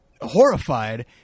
horrified